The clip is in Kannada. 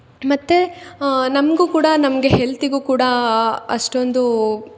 ಮತ್ತು ನಮ್ಗೂ ಕೂಡ ನಮಗೆ ಹೆಲ್ತಿಗೂ ಕೂಡಾ ಅಷ್ಟೊಂದೂ